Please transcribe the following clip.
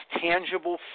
tangible